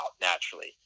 naturally